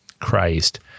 Christ